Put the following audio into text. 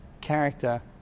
Character